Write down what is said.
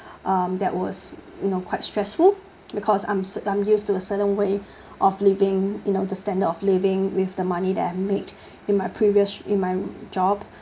um that was you know quite stressful because I'm s~ used to a certain way of living you know to standard of living with the money that I've made in my previous in my job